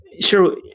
Sure